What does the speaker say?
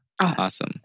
awesome